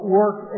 work